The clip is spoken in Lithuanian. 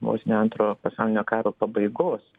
vos ne antrojo pasaulinio karo pabaigos